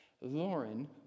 Lauren